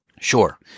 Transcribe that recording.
Sure